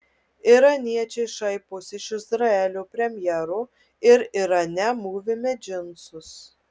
iraniečiai šaiposi iš izraelio premjero ir irane mūvime džinsus